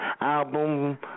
Album